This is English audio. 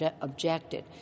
objected